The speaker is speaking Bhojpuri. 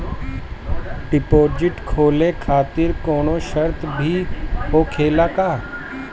डिपोजिट खोले खातिर कौनो शर्त भी होखेला का?